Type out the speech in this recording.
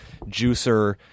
juicer